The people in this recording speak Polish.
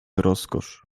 rozkosz